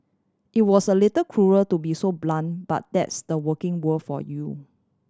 it was a little cruel to be so blunt but that's the working world for you